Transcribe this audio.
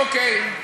אוקיי,